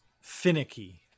finicky